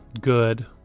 good